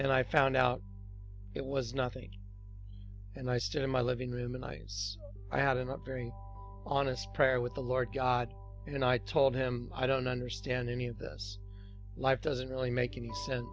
and i found out it was nothing and i stood in my living room and i had a not very honest prayer with the lord god and i told him i don't understand any of this life doesn't really make any sense